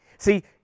See